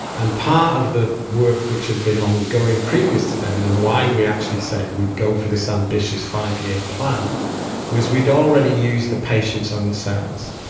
and part of the work which had been ongoing previous to that and and why we actually said we'd go for this ambitious five-year plan was we'd already used the patients' own cells.